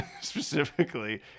specifically